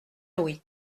louis